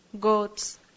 goats